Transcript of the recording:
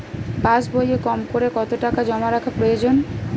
পাশবইয়ে কমকরে কত টাকা জমা রাখা প্রয়োজন?